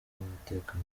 n’umutekano